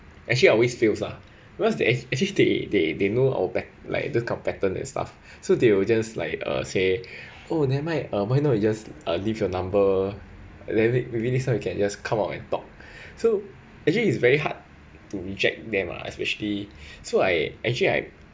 actually I always fails lah because they actually they they they know our pat~ like those kind of pattern and stuff so they will just like uh say oh never mind um you know you just uh leave your number maybe next time we can just come out and talk so actually it's very hard to reject them ah especially so I actually I